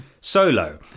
Solo